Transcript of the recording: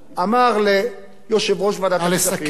הוא אמר ליושב-ראש ועדת הכספים, נא לסכם.